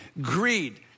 Greed